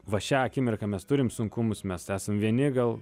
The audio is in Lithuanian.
va šią akimirką mes turim sunkumus mes esam vieni gal